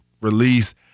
release